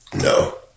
No